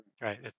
right